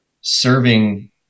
Serving